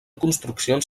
construccions